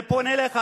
אני פונה אליך,